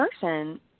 person